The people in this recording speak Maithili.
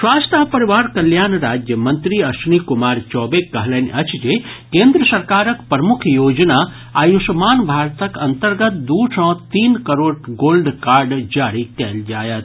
स्वास्थ्य आ परिवार कल्याण राज्य मंत्री अश्विनी कुमार चौबे कहलनि अछि जे केन्द्र सरकारक प्रमुख योजना आयुष्मान भारतक अन्तर्गत दू सँ तीन करोड़ गोल्ड कार्ड जारी कयल जायत